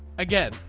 again.